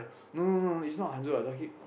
no no it's not Hanzo